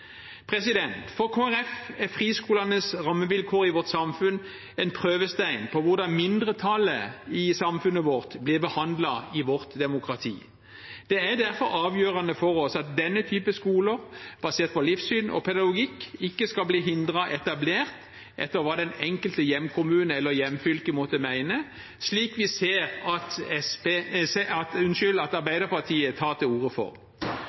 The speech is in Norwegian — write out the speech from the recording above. For Kristelig Folkeparti er friskolenes rammevilkår i vårt samfunn en prøvestein på hvordan mindretallet i samfunnet blir behandlet i vårt demokrati. Det er derfor avgjørende for oss at denne type skoler basert på livssyn og pedagogikk ikke skal bli hindret etablert etter hva den enkelte hjemkommune eller hjemfylke måtte mene, slik vi ser at